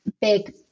big